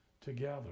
together